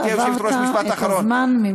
עבר הזמן מזמן.